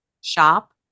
shop